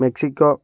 Mexico